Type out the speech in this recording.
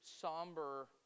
somber